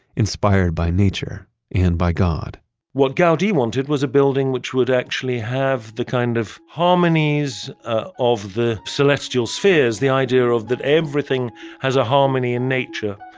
inspired by nature and by god what gaudi wanted was a building which would actually have the kind of harmonies ah of the celestial spheres. the idea that everything has a harmony in nature,